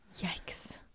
Yikes